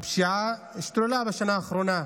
הפשיעה השתוללה בשנה האחרונה,